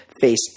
face